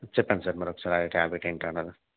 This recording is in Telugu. చెప్పండి సార్ మరొక్కసారి ఆ ట్యాబ్లెట్ ఏంటి అన్నారు